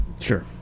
Sure